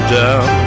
down